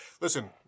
Listen